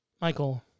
Michael